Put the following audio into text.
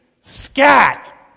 scat